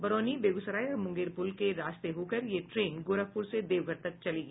बरौनी बेगूसराय और मुंगेर पुल के रास्ते होकर यह ट्रेन गोरखपुर से देवघर तक चलेगी